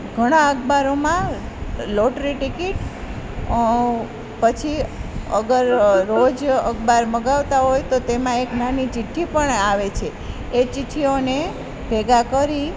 ઘણા અખબારોમાં lottery ticket પછી અગર રોજ અખબાર મગાવતાં હોય તો તેમાં એક નાની ચિઠ્ઠી પણ આવે છે એ ચિઠ્ઠીઓને ભેગા કરી